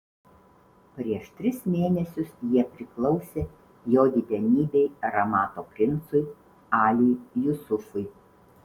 prieš tris mėnesius jie priklausė jo didenybei ramato princui aliui jusufui